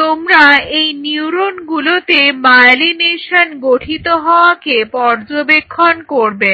তোমরা এই নিউরনগুলোতে মায়েলিনেশন গঠিত হওয়াকে পর্যবেক্ষণ করবে